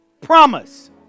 promise